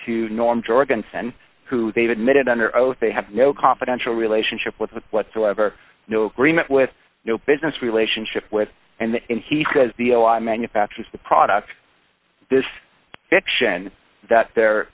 to norm jorgensen who they've admitted under oath they have no confidential relationship with whatsoever no agreement with no business relationship with and he says the manufacturers the products this fiction that they're